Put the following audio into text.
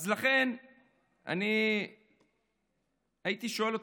אז לכן אני הייתי שואל אותו,